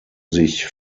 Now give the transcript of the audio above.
sich